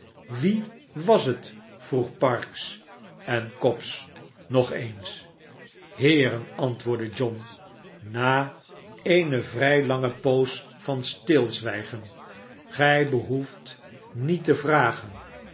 wie was het vroegen parkes en cobb nog eens heeren antwoordde john na eene vrij lange poos van stilzwijgen gij behoeft niet te vragen